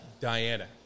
Diana